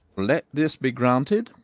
let this be granted,